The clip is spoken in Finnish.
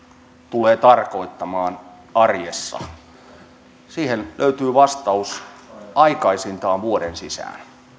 tulee tarkoittamaan arjessa siihen löytyy vastaus aikaisintaan vuoden sisään